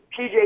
PJ